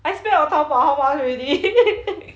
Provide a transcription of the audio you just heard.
I spend on Taobao how much already